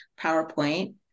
PowerPoint